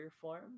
form